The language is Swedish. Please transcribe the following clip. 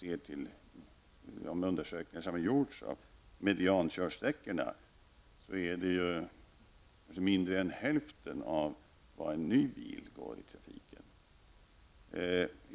Enligt de undersökningar som gjorts av mediankörsträckorna, går en sådan bil mindre än hälften av vad en ny bil går i trafik.